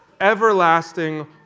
Everlasting